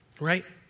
right